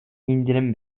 indirim